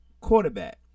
quarterback